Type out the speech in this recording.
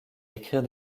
écrire